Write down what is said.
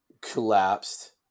collapsed